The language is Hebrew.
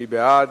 מי בעד?